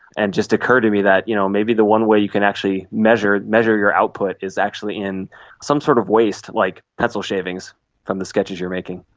and it just occurred to me that you know maybe the one way you can actually measure measure your output is actually in some sort of waste, like pencil shavings from the sketches you're making.